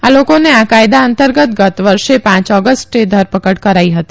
આ લોકોને આ કાયદા અંતર્ગત ગત વર્ષે પાંચ ઓગષ્ટે ધરપકડ કરી હતી